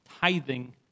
Tithing